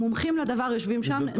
המומחים לדבר יושבים שם.